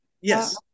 yes